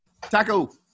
Taco